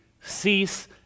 cease